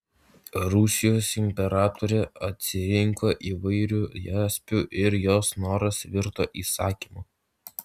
rusijos imperatorė atsirinko įvairių jaspių ir jos noras virto įsakymu